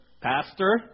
pastor